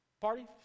party